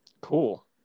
cool